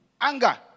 Anger